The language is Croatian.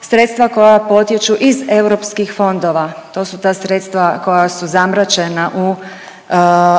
sredstva koja potječu iz EU fondova, to su ta sredstva koja su zamračena u